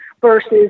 versus